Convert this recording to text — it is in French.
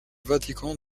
vatican